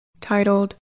titled